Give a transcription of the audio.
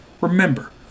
Remember